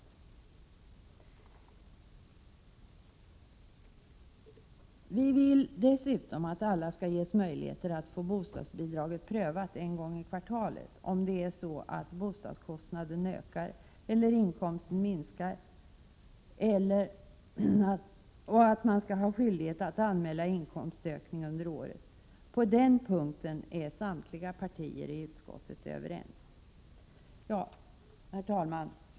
Dessutom vill vi att alla skall ha möjlighet att få bostadsbidraget prövat en gång i kvartalet om bostadskostnaden ökar eller om inkomsten minskar. Vidare skall man vara skyldig att anmäla inkomstökning under året. På den punkten är samtliga partier i utskottet överens.